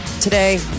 Today